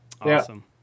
Awesome